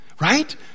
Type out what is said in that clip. right